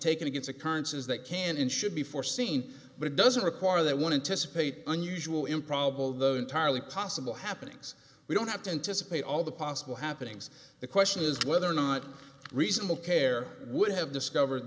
taken against occurrences that can and should be foreseen but it doesn't require that i wanted to speed unusual improbable though entirely possible happenings we don't have to anticipate all the possible happenings the question is whether or not reasonable care would have discovered